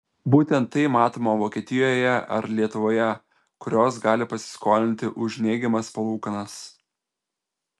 būtent tai matoma vokietijoje ar lietuvoje kurios gali pasiskolinti už neigiamas palūkanas